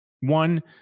One